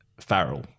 Farrell